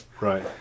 right